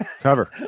cover